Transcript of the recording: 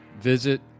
Visit